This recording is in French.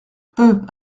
peut